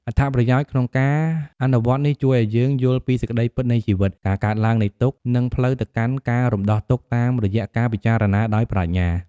អត្ថប្រយោជន៍ ក្នុងការអនុវត្តន៍នេះជួយឲ្យយើងយល់ពីសេចក្តីពិតនៃជីវិត ការកើតឡើងនៃទុក្ខ និងផ្លូវទៅកាន់ការរំដោះទុក្ខ តាមរយៈការពិចារណាដោយប្រាជ្ញា។